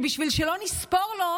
בשביל שלא נספור לו